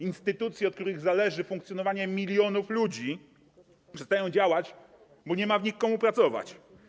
Instytucje, od których zależy funkcjonowanie milionów ludzi, przestają działać, bo nie ma w nich komu pracować.